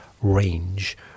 range